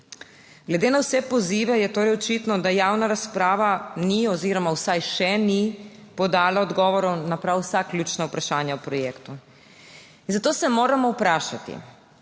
Glede na vse pozive je torej očitno, da javna razprava ni oziroma vsaj še ni podala odgovorov na prav vsa ključna vprašanja o projektu. In zato se moramo vprašati,